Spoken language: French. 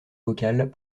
vocales